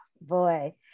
Boy